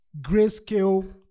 grayscale